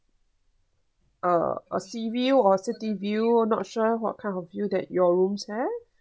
a a sea view or city view or not sure what kind of a view that your rooms have